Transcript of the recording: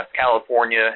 california